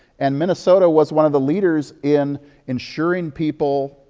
and minnesota was one of the leaders in ensuring people,